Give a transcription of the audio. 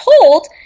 told